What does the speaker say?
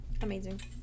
Amazing